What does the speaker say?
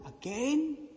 again